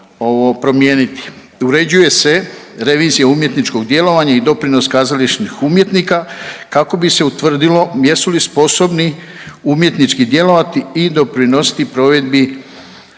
Uređuje se revizija umjetničkog djelovanja i doprinos kazališnih umjetnika kako bi se utvrdilo jesu li sposobni umjetnički djelovati i doprinositi provedbi,